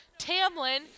Tamlin